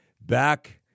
back